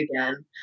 again